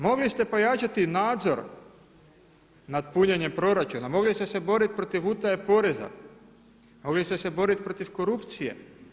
Mogli ste pojačati nadzor nad punjenjem proračuna, mogli ste se boriti protiv utaje poreza, mogli ste se boriti protiv korupcije.